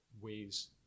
ways